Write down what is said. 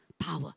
Power